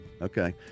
Okay